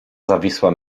zawisła